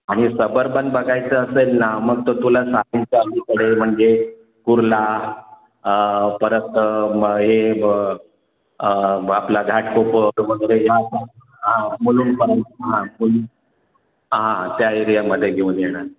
आणि सबर्बन बघायचं असेल ना मग तो तुला सायनच्या अलीकडे म्हणजे कुर्ला परत हे ब आपलं घाटकोपर वगैरे हे आहे ना हां मुलुंडपर्यंत हां मुलुंड हां त्या एरियामध्ये घेऊन येणार